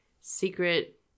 secret